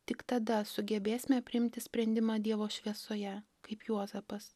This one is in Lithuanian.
tik tada sugebėsime priimti sprendimą dievo šviesoje kaip juozapas